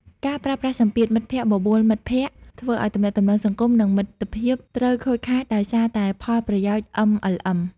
ការប្រើប្រាស់សម្ពាធ "មិត្តភក្តិបបួលមិត្តភក្តិ" ធ្វើឱ្យទំនាក់ទំនងសង្គម និងមិត្តភាពត្រូវខូចខាតដោយសារតែផលប្រយោជន៍ MLM។